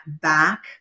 back